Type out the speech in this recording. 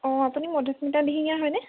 অঁ আপুনি মধুস্মিতা দিহিঙীয়া হয়নে